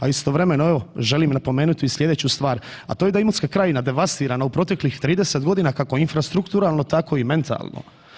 Ali istovremeno evo želim napomenuti i slijedeću stvar, a to je da je Imotska krajina devastirana u proteklih 30.g. kako infrastrukturalno, tako i mentalno.